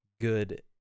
good